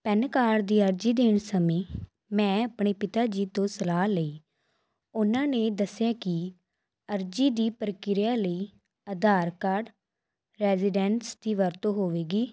PAN card ਦੀ ਅਰਜ਼ੀ ਦੇਣ ਸਮੇਂ ਮੈਂ ਆਪਣੇ ਪਿਤਾ ਜੀ ਤੋਂ ਸਲਾਹ ਲਈ ਉਹਨਾਂ ਨੇ ਦੱਸਿਆ ਕਿ ਅਰਜ਼ੀ ਦੀ ਪ੍ਰਕਿਰਿਆ ਲਈ ਆਧਾਰ ਕਾਰਡ ਰੈਜੀਡੈਂਸ ਦੀ ਵਰਤੋ ਹੋਵੇਗੀ